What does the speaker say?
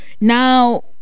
now